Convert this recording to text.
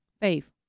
Faith